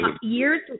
years